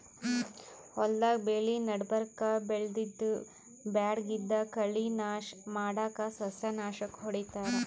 ಹೊಲ್ದಾಗ್ ಬೆಳಿ ನಡಬರ್ಕ್ ಬೆಳ್ದಿದ್ದ್ ಬ್ಯಾಡಗಿದ್ದ್ ಕಳಿ ನಾಶ್ ಮಾಡಕ್ಕ್ ಸಸ್ಯನಾಶಕ್ ಹೊಡಿತಾರ್